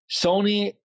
Sony